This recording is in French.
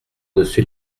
dessus